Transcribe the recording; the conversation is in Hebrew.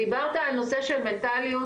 דיברת על נושא של מנטליות,